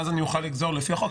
ואז אוכל לגזור לפי החוק.